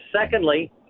secondly